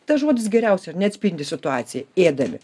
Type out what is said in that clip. tas žodis geriausiai ar ne atspindi situaciją ėdami